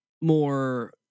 more